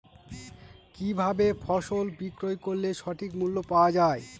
কি ভাবে ফসল বিক্রয় করলে সঠিক মূল্য পাওয়া য়ায়?